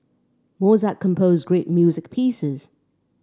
Mozart composed great music pieces